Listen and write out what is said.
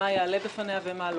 עלייה.